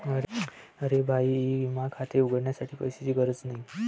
अरे भाऊ ई विमा खाते उघडण्यासाठी पैशांची गरज नाही